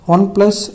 OnePlus